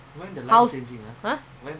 that one also eye ah